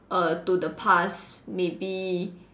err to the past maybe